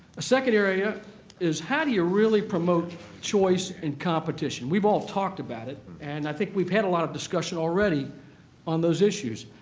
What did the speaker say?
a second area is how do you really promote choice and competition. we've all talked about it and i think we've had a lot of discussion already on those issues.